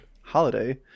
holiday